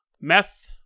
meth